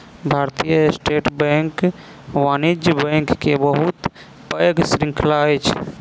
भारतीय state bank वाणिज्य bank के बहुत पैघ श्रृंखला अछि